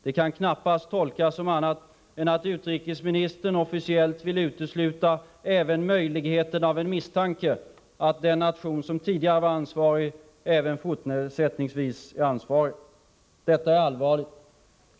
Det kan knappast tolkas som annat än att utrikesministern officiellt vill utesluta även möjligheten av en misstanke att den nation som tidigare var ansvarig även fortsättningsvis är det. Detta är allvarligt.